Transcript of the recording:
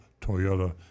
Toyota